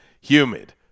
humid